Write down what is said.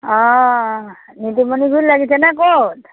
Nitumoni bill লাগিছে নে ক'ত